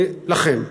לכם.